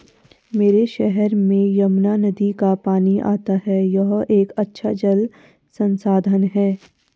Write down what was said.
मेरे शहर में यमुना नदी का पानी आता है यह एक अच्छा जल संसाधन है